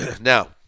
Now